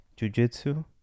jujitsu